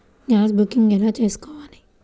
Gas booking ఎలా చేసుకోవాలి?